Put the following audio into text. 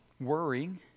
worrying